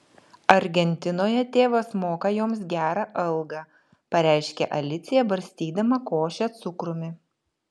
argentinoje tėvas moka joms gerą algą pareiškė alicija barstydama košę cukrumi